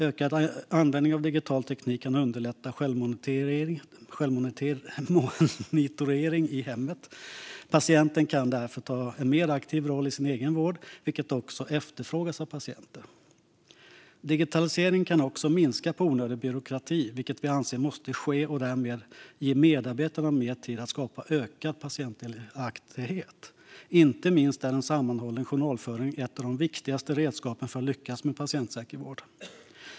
Ökad användning av digital teknik kan underlätta självmonitorering i hemmet. Patienten kan därför ta en mer aktiv roll i sin egen vård, vilket också efterfrågas av patienterna. Digitalisering kan också minska onödig byråkrati, vilket vi anser måste ske, och därmed ge medarbetarna mer tid att skapa ökad patientdelaktighet. Inte minst är en sammanhållen journalföring ett av de viktigaste redskapen för att lyckas med en patientsäker vård.